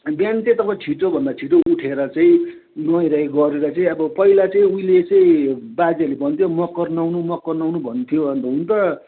अनि बिहान चाहिँ तपाईँ छिटोभन्दा छिटो उठेर चाहिँ नुहाइ धुवाइ गरेर चाहिँ अब पहिला चाहिँ उहिले चाहिँ बाजेले भन्थ्यो मकर नुहाउनु मकर नुहाउनु भन्थ्यो अन्त हुनु त